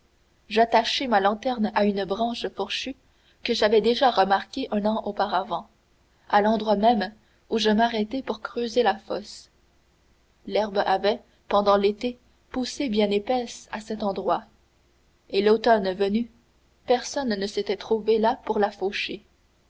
j'attachai ma lanterne à une branche fourchue que j'avais déjà remarquée un an auparavant à l'endroit même où je m'arrêtai pour creuser la fosse l'herbe avait pendant l'été poussé bien épaisse à cet endroit et l'automne venu personne ne s'était trouvé là pour la faucher